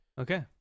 Okay